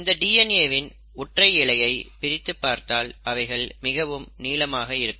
இந்த டிஎன்ஏ வின் ஒற்றை இழையை பிரித்து பார்த்தால் அவைகள் மிகவும் நீளமாக இருக்கும்